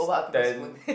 stand